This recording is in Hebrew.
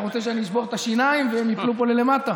אתה רוצה שאני אשבור את השיניים והם ייפלו פה למטה?